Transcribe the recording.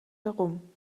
herum